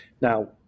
Now